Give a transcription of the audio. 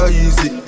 easy